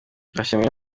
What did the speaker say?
ndashimira